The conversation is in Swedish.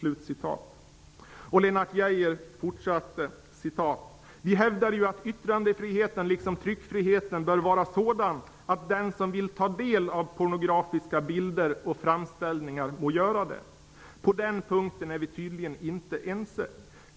Lennart Geijer fortsatte: ''Vi hävdar ju att yttrandefriheten liksom tryckfriheten bör vara sådan att den som vill ta del av pornografiska bilder och framställningar må göra det. På den punkten är vi tydligen inte ense.